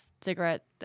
cigarette